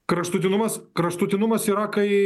kraštutinumas kraštutinumas yra kai